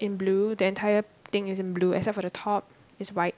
in blue the entire thing is in blue except for the top is white